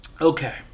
Okay